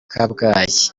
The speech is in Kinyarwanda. kabgayi